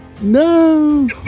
No